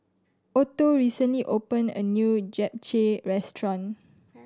Otto recently opened a new Japchae Restaurant